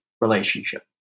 relationship